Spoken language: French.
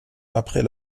après